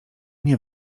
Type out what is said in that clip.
nie